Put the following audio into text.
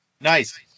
nice